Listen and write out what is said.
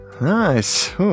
Nice